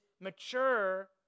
mature